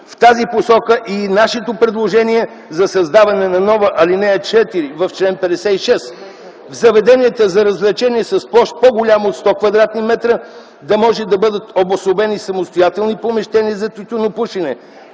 В тази посока е и нашето предложение за създаване на нова ал. 4 в чл. 56 – в заведенията за развлечения с по-голяма площ от 100 кв. м да могат да бъдат обособени самостоятелни помещения за тютюнопушене,